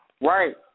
Right